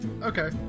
Okay